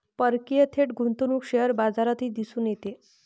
परकीय थेट गुंतवणूक शेअर बाजारातही दिसून येते